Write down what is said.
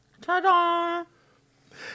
Ta-da